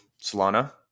Solana